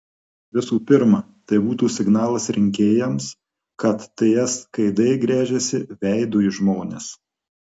visų pirma tai būtų signalas rinkėjams kad ts kd gręžiasi veidu į žmones